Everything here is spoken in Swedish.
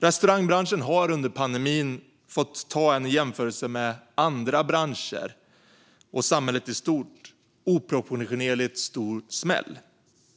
Restaurangbranschen har under pandemin fått ta en oproportionerligt stor smäll i jämförelse med andra branscher och samhället i stort.